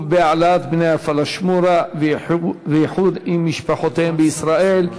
בהעלאת בני הפלאשמורה ואיחודם עם משפחותיהם בישראל,